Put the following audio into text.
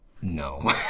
No